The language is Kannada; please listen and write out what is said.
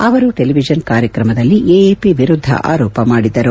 ಅವರು ಟೆಲಿವಿಷನ್ ಕಾರ್ಯಕ್ರಮದಲ್ಲಿ ಎಎಪಿ ವಿರುದ್ದ ಆರೋಪ ಮಾಡಿದ್ದರು